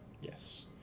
Yes